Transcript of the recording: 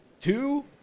two